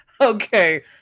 Okay